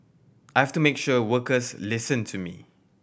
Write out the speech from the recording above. I've to make sure workers listen to me